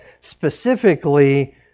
specifically